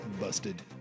busted